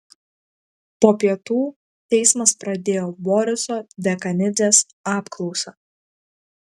po pietų teismas pradėjo boriso dekanidzės apklausą